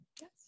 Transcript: Yes